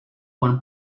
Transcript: one